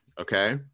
okay